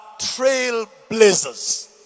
trailblazers